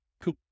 Cool